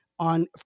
on